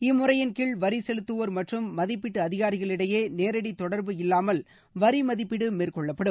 இம்முறையின்கீழ் வரி செலுத்தவோர் மற்றும் மதிப்பீட்டு அதிகாரிகளிடையே நேரடி தொடர்பு இல்லாமல் வரி மதிப்பீடு மேற்கொள்ளப்படும்